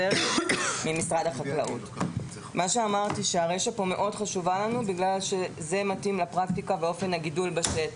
הרישה כאן מאוד חשובה לנו כי זה מתאים לפרקטיקה ואופן הגידול בשטח.